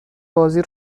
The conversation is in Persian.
بازی